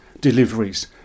deliveries